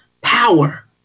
power